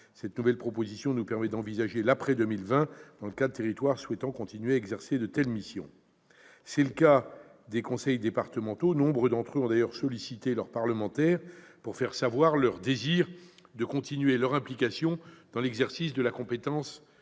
Cette nouvelle proposition de loi nous permet d'envisager l'après-2020 pour des territoires qui souhaiteraient continuer à exercer de telles missions. C'est le cas des conseils départementaux. Nombre d'entre eux ont d'ailleurs sollicité leurs parlementaires pour faire connaître leur désir de continuer à s'impliquer dans l'exercice des missions